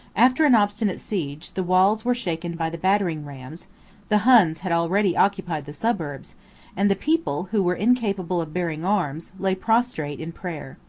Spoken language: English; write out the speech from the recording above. after an obstinate siege, the walls were shaken by the battering rams the huns had already occupied the suburbs and the people, who were incapable of bearing arms, lay prostrate in prayer.